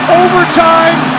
overtime